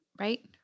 Right